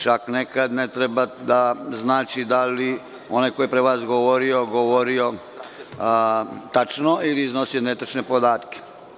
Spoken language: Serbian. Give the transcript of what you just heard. Čak nekada ne treba da znači da li je onaj koji jepre vas govorio govorio tačno ili je iznosio netačne podatke.